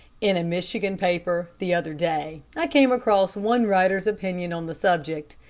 in a michigan paper, the other day, i came across one writer's opinion on the subject.